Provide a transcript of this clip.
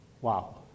Wow